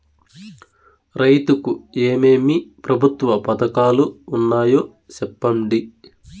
రైతుకు ఏమేమి ప్రభుత్వ పథకాలు ఉన్నాయో సెప్పండి?